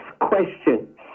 question